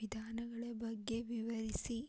ವಿಧಾನಗಳ ಬಗ್ಗೆ ವಿವರಿಸಿ